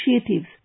initiatives